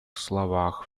словах